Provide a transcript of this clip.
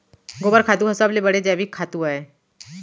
गोबर खातू ह सबले बड़े जैविक खातू अय